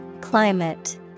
Climate